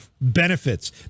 Benefits